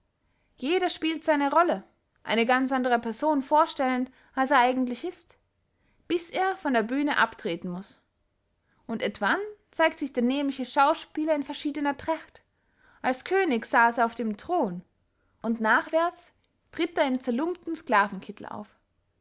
jeder spielt seine rolle eine ganz andere person vorstellend als er eigendlich ist bis er von der bühne abtreten muß und etwann zeigt sich der nämliche schauspieler in verschiedener tracht als könig saß er auf dem thron und nachwerts tritt er im zerlumpten sclavenkittel auf